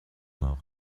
mort